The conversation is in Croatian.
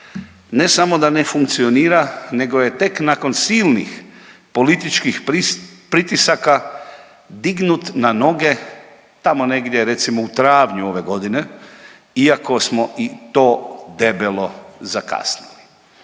Ne samo da ne funkcionira nego je tek nakon silnih političkih pritisaka dignut na noge tamo negdje recimo u travnju ove godine iako smo i to debelo zakasnili.